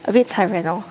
a bit 残忍 hor